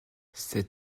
c’est